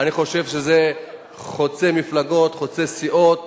אני חושב שזה חוצה מפלגות, חוצה סיעות.